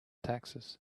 taxes